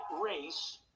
race